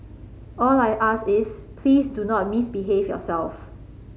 all I ask is please do not misbehave yourself